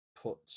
put